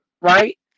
right